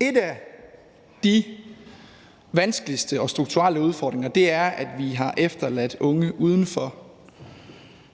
En af de vanskeligste strukturelle udfordringer er, at vi har efterladt unge uden for